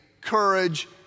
courage